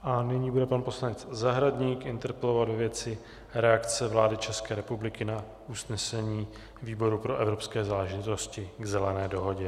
A nyní bude pan poslanec Zahradník interpelovat ve věci reakce vlády České republiky na usnesení výboru pro evropské záležitosti k Zelené dohodě.